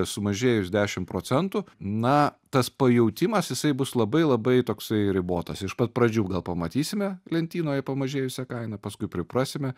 sumažėjus dešim procentų na tas pajautimas jisai bus labai labai toksai ribotas iš pat pradžių gal pamatysime lentynoje pamažėjusią kainą paskui priprasime